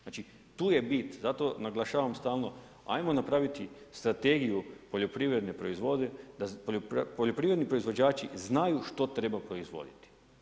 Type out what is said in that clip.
Znači tu je bit, zato naglašavam stalno ajmo napraviti strategiju poljoprivredne proizvodnje da poljoprivredni proizvođači znaju što treba proizvoditi.